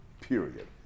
period